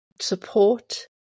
support